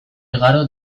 igaro